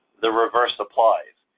the reverse applies.